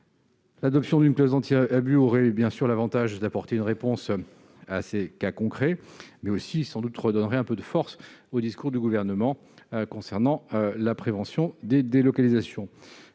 L'adoption d'une « clause anti-abus » aurait l'avantage d'apporter une réponse à ces cas concrets et de redonner un peu de force au discours du Gouvernement concernant la prévention des délocalisations.